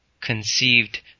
conceived